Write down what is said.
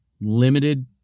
limited